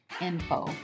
info